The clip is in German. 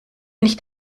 nicht